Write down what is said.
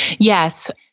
yes.